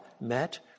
met